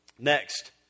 Next